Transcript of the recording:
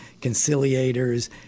conciliators